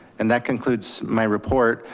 and that concludes my report.